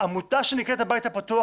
העמותה שנקראת הבית הפתוח,